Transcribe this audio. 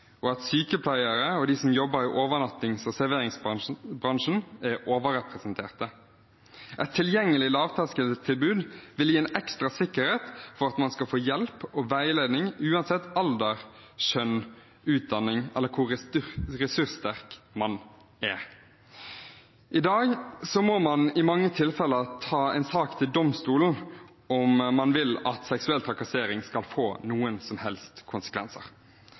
og at sykepleiere og de som jobber i overnattings- og serveringsbransjen, er overrepresentert. Et tilgjengelig lavterskeltilbud vil gi en ekstra sikkerhet for at man kan få hjelp og veiledning uansett alder, kjønn, utdanning eller hvor ressurssterk man er. I dag må man i mange tilfeller ta en sak til domstolen om man vil at seksuell trakassering skal få noen som helst konsekvenser.